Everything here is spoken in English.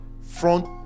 front